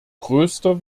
größter